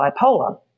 bipolar